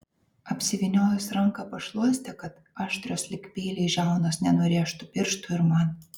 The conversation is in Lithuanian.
apsivyniojus ranką pašluoste kad aštrios lyg peiliai žiaunos nenurėžtų pirštų ir man